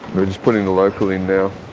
we're just putting like putting now.